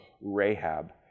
Rahab